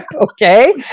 Okay